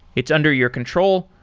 it's under your control,